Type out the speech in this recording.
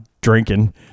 drinking